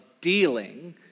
dealing